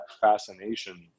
fascination